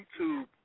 YouTube